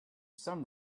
some